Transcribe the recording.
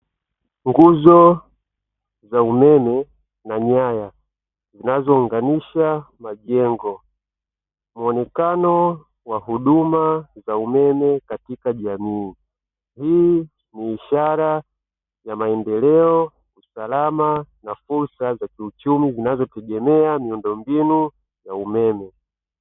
Nguzo za umeme na nyaya zinazounganisha majengo mwoneakao wa huduma na umeme katika jamii, hii ni ishara ya maendeleo salama na fursa za kiuchumi zinazotegemea miundombinu ya umeme.